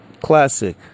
Classic